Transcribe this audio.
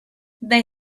they